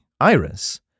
Iris